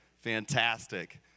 Fantastic